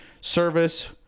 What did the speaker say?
Service